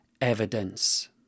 evidence